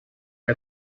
que